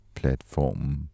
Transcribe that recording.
platformen